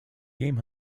game